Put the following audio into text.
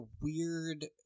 weird